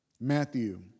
Matthew